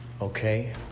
okay